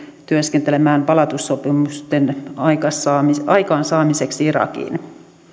työskentelemään palautussopimusten aikaansaamiseksi irakiin